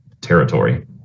territory